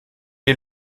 est